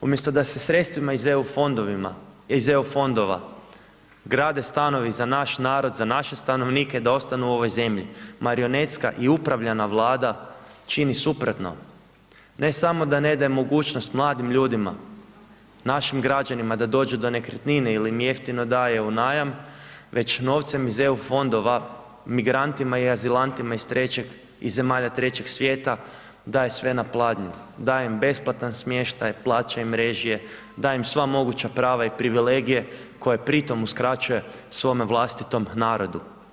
Umjesto da se sredstvima iz EU fondova grade stanovi za naš narod, za naše stanovnike, da ostanu u ovoj zemlji, marionetska i upravljana Vlada čini suprotno, ne samo da ne daje mogućnost mladim ljudima, našim građanima, da dođu do nekretnine ili im je jeftino daje u najam, već novcem iz EU fondova migrantima i azilantima iz zemalja trećeg svijeta daje sve na pladnju, daje im besplatan smještaj, plaća im režije, daje im sva moguća prava i privilegije, koje pri tom uskraćuje svome vlastitom narodu.